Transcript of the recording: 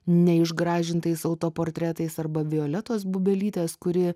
neišgražintais autoportretais arba violetos bubelytės kuri